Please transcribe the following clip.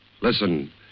Listen